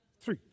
Three